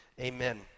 Amen